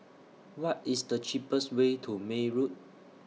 What IS The cheapest Way to May Road